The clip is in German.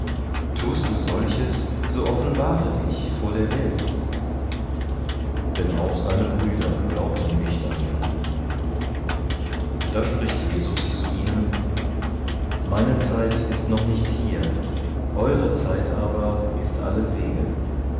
tust du solches so offenbare dich vor der welt denn auch seine brüder glaubten nicht an ihn da spricht jesus zu ihnen meine zeit ist noch nicht hier eure zeit aber ist allewege die